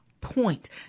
point